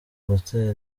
gutera